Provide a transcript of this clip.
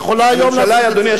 היא יכולה היום לעשות את זה.